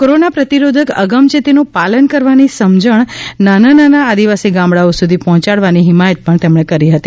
corona પ્રતિરોધક અગમચેતીનું પાલન કરવાની સમજણ નાના નાના આદિવાસી ગામડાઓ સુધી પહોચડવાની હિમાયત પણ તેમણે કરી હતી